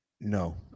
no